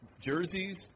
jerseys